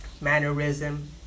mannerism